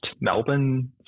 Melbourne